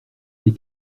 des